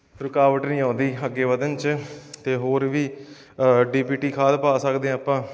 ਰੁਕਾਵਟ ਨਹੀਂ ਆਉਂਦੀ ਅੱਗੇ ਵਧਣ 'ਚ ਅਤੇ ਹੋਰ ਵੀ ਡੀ ਪੀ ਟੀ ਖਾਦ ਪਾ ਸਕਦੇ ਹਾਂ ਆਪਾਂ